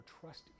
trust